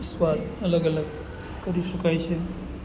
સ્વાદ અલગ અલગ કરી શકાય છે